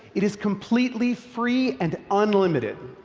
it is completely free and unlimited.